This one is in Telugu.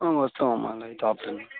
వస్తావమ్మా నైట్ ఆపుతాను